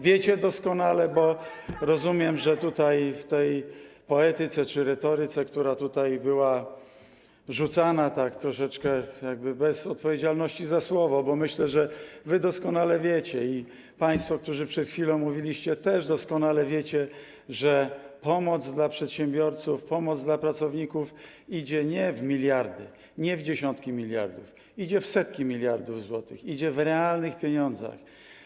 Wiecie doskonale, bo rozumiem, że tutaj, w tej poetyce czy retoryce, która tutaj była rzucana tak troszeczkę jakby bez odpowiedzialności za słowo, bo myślę że wy doskonale wiecie i państwo, którzy przed chwilą mówiliście, też doskonale wiecie, że pomoc dla przedsiębiorców, pomoc dla pracowników idzie nie w miliardy, nie w dziesiątki miliardów, idzie w setki miliardów złotych, idzie w realnych pieniądzach.